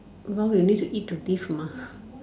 while we live we eat to death mah